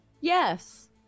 yes